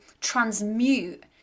transmute